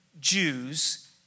Jews